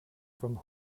from